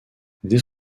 dès